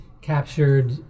captured